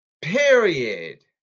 PERIOD